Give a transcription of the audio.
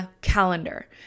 calendar